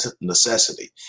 necessity